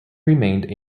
remained